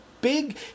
big